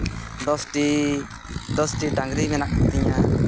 ᱫᱚᱥᱴᱤ ᱫᱚᱥᱴᱤ ᱰᱟᱝᱨᱤ ᱢᱮᱱᱟᱜ ᱠᱚᱛᱤᱧᱟ